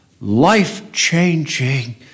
life-changing